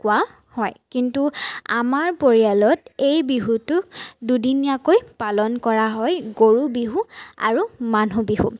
কোৱা হয় কিন্তু আমাৰ পৰিয়ালত এই বিহুটো দুদিনীয়াকৈ পালন কৰা হয় গৰু বিহু আৰু মানুহ বিহু